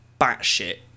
batshit